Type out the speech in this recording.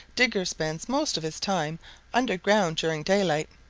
digger spends most of his time under ground during daylight,